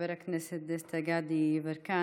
חבר הכנסת דסטה גדי יברקן,